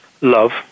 love